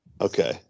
Okay